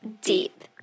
deep